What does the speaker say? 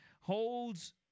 holds